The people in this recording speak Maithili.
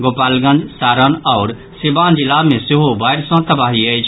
गोपालगंज सारण आओर सिवान जिला मे सेहो बाढ़ि सँ तबाही अछि